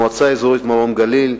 המועצה האזורית מרום-הגליל,